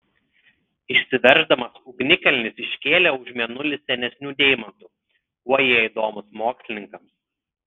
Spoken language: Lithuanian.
išsiverždamas ugnikalnis iškėlė už mėnulį senesnių deimantų kuo jie įdomūs mokslininkams